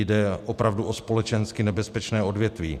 Jde opravdu o společensky nebezpečné odvětví.